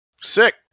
Sick